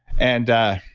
and